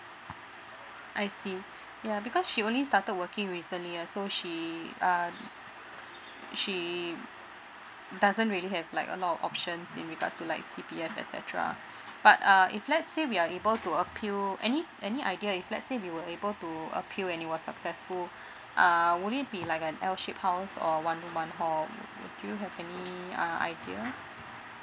I see ya because she only started working recently so she uh she doesn't really have like a lot of options in regards to like C_P_F etcetera but uh if let's say we are able to appeal any any idea if let's say we were able to appeal and it was successful uh would it be like a L shaped house or one room one hall wou~ would you have any uh idea